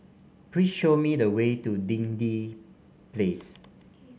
please show me the way to Dinding Place